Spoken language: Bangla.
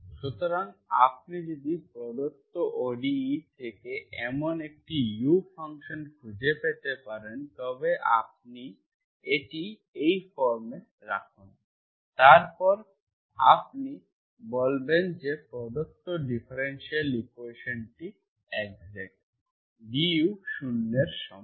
সুতরাং আপনি যদি প্রদত্ত ODE থেকে এমন একটি u ফাংশন খুঁজে পেতে পারেন তবে আপনি এটি এই ফর্মে রাখুন তারপর আপনি বলেন যে প্রদত্ত ডিফারেনশিয়াল ইকুয়েশনটি এক্সাক্ট du 0 এর সমান